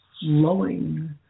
flowing